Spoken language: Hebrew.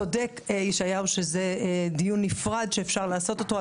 ישעיהו צודק שזה דיון נפרד שאפשר לעשותו על